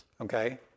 okay